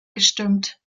gestimmt